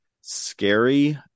scary